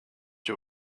you